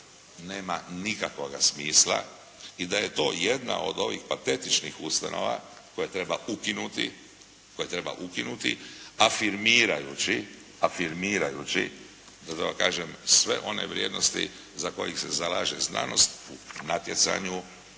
nema nikakvoga smisla i da je to jedna od ovih patetičnih ustanova koju treba ukinuti, afirmirajući da tako kažem sve one vrijednosti za koje se zalaže znanost u natjecanju,